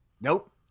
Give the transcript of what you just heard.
nope